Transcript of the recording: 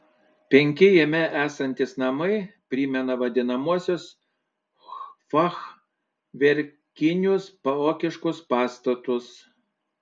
penki jame esantys namai primena vadinamuosius fachverkinius vokiškus pastatus